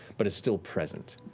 but it's still present.